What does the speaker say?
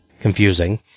confusing